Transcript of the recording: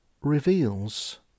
reveals